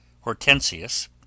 Hortensius